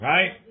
Right